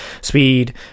speed